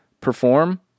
perform